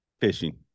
fishing